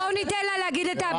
סליחה, אנחנו לא נעוות את הדברים שלה.